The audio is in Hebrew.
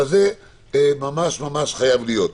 זה חייב להיות.